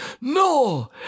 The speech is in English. no